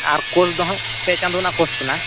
ᱟᱨ course ᱫᱚᱦᱟᱜ ᱯᱮ ᱪᱟᱸᱫᱳ ᱨᱮᱱᱟᱜ ᱠᱳᱨᱥ ᱠᱟᱱᱟ